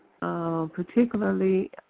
Particularly